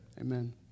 amen